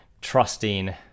trusting